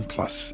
Plus